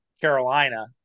Carolina